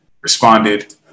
responded